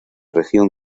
región